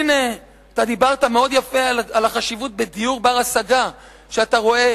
הנה, דיברת מאוד יפה על החשיבות שאתה רואה